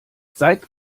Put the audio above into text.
seid